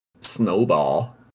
snowball